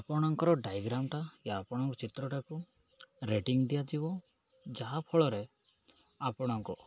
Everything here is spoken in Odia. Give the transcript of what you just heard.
ଆପଣଙ୍କର ଡାଇଗ୍ରାମଟା କି ଆପଣଙ୍କ ଚିତ୍ରଟାକୁ ରେଟିଂ ଦିଆଯିବ ଯାହାଫଳରେ ଆପଣଙ୍କୁ